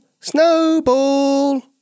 Snowball